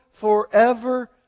forever